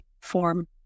form